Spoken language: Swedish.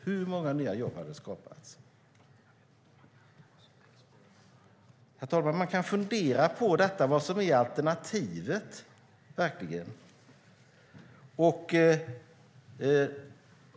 Hur många nya jobb hade det skapats? Herr talman! Man kan fundera på vad som är alternativet.